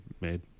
made